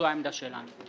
זו העמדה שלנו.